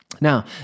Now